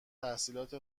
تحصیلات